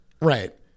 Right